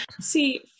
See